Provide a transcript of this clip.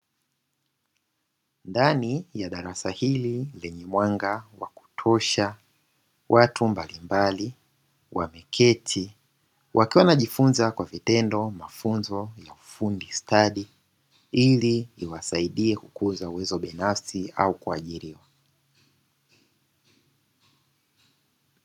Ndani ya darasa hili lenye mwanga wa kutosha, watu mbalimbali wameketi wakiwa wanajifunza kwa vitendo mafunzo ya ufundi stadi. Ili iwasaidie kukuza uwezo binafsi au kuajiriwa.